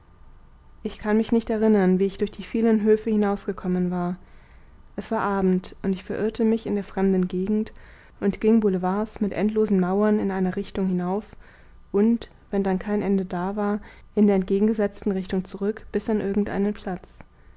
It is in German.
ich kann mich nicht erinnern wie ich durch die vielen höfe hinausgekommen war es war abend und ich verirrte mich in der fremden gegend und ging boulevards mit endlosen mauern in einer richtung hinauf und wenn dann kein ende da war in der entgegengesetzten richtung zurück bis an irgendeinen platz